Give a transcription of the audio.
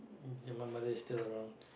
that my mother is still around